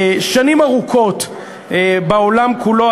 שנים ארוכות בעולם כולו.